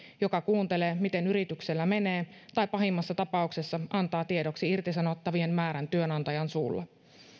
joka kuuntelee miten yrityksellä menee tai pahimmassa tapauksessa antaa tiedoksi irtisanottavien määrän työnantajan suulla